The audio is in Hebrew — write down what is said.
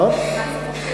מה זה "מוכיח את עצמו"?